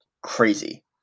crazy